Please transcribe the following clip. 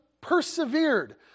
persevered